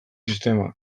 sistemak